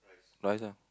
rice ah